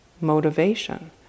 motivation